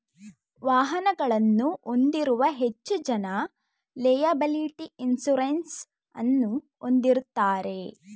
ವಾಹನಗಳನ್ನು ಹೊಂದಿರುವ ಹೆಚ್ಚು ಜನ ಲೆಯಬಲಿಟಿ ಇನ್ಸೂರೆನ್ಸ್ ಅನ್ನು ಹೊಂದಿರುತ್ತಾರೆ